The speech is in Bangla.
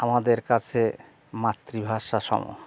আমাদের কাছে মাতৃভাষা সম